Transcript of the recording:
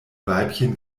weibchen